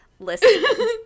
listen